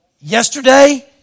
yesterday